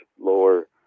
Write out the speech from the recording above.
lower